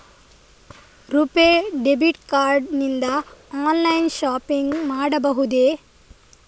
RuPay debit card ನಿಂದ online shopping ಮಾಡಬಹುದೇ?